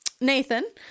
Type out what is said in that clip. Nathan